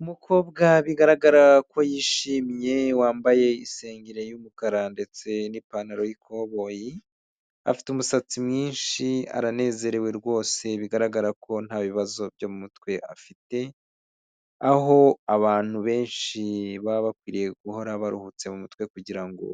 Umukobwa bigaragara ko yishimye wambaye isengere y'umukara ndetse n'ipantaro y'ikoboyi, afite umusatsi mwinshi aranezerewe rwose bigaragara ko nta bibazo byo mu mutwe afite, aho abantu benshi baba bakwiye guhora baruhutse mu umutwe kugira ngo